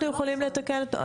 אנחנו יכולים לתקן את נוסח החוק?